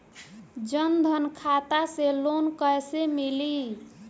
जन धन खाता से लोन कैसे मिली?